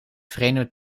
vreemde